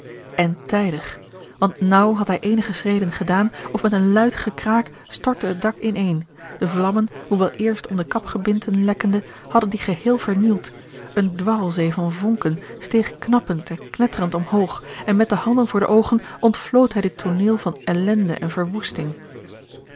en tijdig want naauw had hij eenige schreden gedaan of met een luid gekraak stortte het dak ineen de vlammen hoewel eerst om de kapgebindten lekkende hadden die geheel vernield eene dwarlzee van vonken steeg knappend en knetterend omhoog en met de handen voor de oogen ontvlood hij dit tooneel van ellende en verwoesting